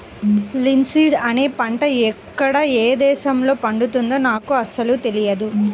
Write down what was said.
linseed అనే పంట ఎక్కడ ఏ దేశంలో పండుతుందో నాకు అసలు తెలియదు